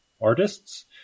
artists